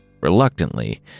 reluctantly